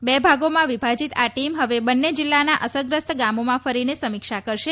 બે ભાગોમાં વિભાજીત આ ટીમ હવે બંને જીલ્લાના અસરગ્રસ્ત ગામોમાં ફરીને સમીક્ષા કરશે